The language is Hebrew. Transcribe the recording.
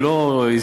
היא לא הזמינה,